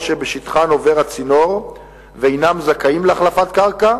שבשטחם עובר הצינור ואינם זכאים להחלפת קרקע.